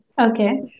okay